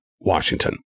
Washington